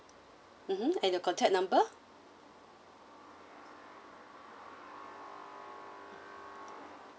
mmhmm and your contact number